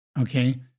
okay